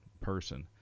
person